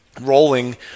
rolling